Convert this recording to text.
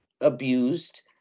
abused